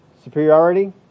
Superiority